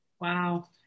wow